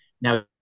now